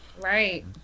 Right